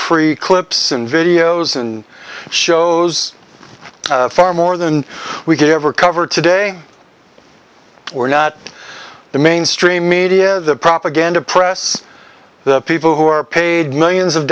free clips and videos and shows far more than we could ever cover today or not the mainstream media the propaganda press the people who are paid millions of